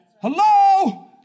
Hello